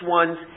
ones